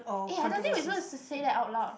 eh I don't think we supposed to say that out loud